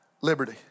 liberty